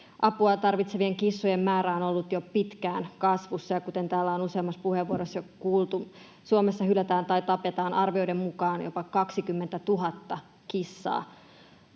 Apua tarvitsevien kissojen määrä on ollut jo pitkään kasvussa, ja kuten täällä on useammassa puheenvuorossa jo kuultu, Suomessa hylätään tai tapetaan arvioiden mukaan jopa 20 000 kissaa